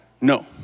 No